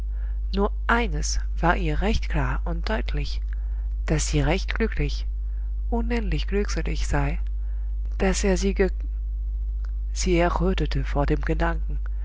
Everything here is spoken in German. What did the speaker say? nur eines war ihr recht klar und deutlich daß sie recht glücklich unendlich glückselig sei daß er sie gek sie errötete vor dem gedanken